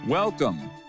Welcome